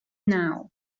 now